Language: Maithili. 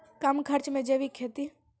कम खर्च मे जैविक खेती?